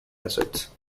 acids